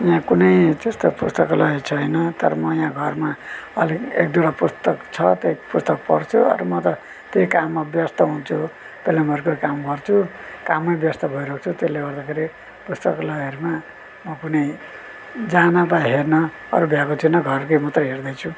यहाँ कुनै त्यस्तो पुस्तकालयहरू छैन तर म यहाँ घरमा अलिक एक दुईवटा पुस्तक छ त्यही पुस्तक पढ्छु अरू म त त्यही काममा व्यस्त हुन्छु पलम्बरको काम गर्छु काममा व्यस्त भइराख्छु त्यसले गर्दाखेरि पुस्तकलयहरूमा म कुनै जान वा हेर्न भ्याएको छुइनँ घरकै मात्रै हेर्दैछु